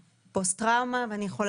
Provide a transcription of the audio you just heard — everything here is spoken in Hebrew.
ואז שולחים אותם לפוסט אשפוזי -- אני רוצה